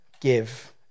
give